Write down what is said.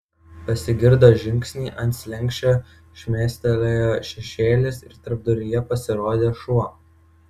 pasigirdo žingsniai ant slenksčio šmėstelėjo šešėlis ir tarpduryje pasirodė šuo